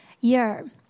year